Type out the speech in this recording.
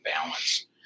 balance